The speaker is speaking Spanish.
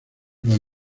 los